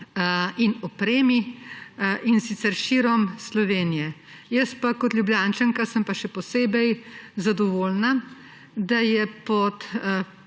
in opremi, in sicer širom Slovenije. Kot Ljubljančanka sem pa še posebej zadovoljna, da sta pod